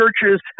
churches